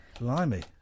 Blimey